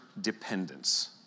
dependence